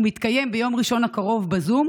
הוא מתקיים ביום ראשון הקרוב בזום,